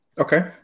Okay